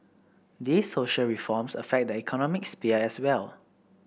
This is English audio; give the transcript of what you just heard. these social reforms affect the economic sphere as well